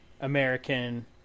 American